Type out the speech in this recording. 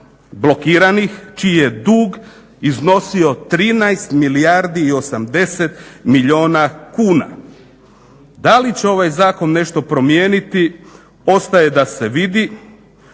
blokiranih čiji je dug iznosi 13 milijardi i 80 milijuna kuna. Da li će ovaj zakon nešto promijeniti ostaje da se vidi.